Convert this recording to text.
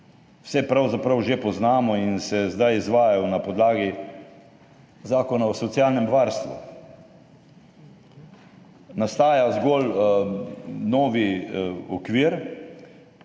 Vse pravzaprav že poznamo in se zdaj izvajajo na podlagi Zakona o socialnem varstvu. Nastaja zgolj novi okvir,